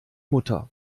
mutter